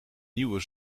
nieuwe